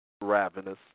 Ravenous